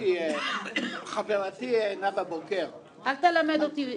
הביטי, חברתי נאוה בוקר -- אל תלמד אותי...